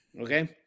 Okay